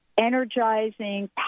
energizing